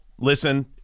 Listen